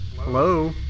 hello